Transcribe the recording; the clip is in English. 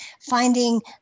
finding